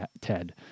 ted